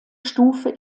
stufe